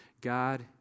God